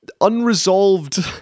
unresolved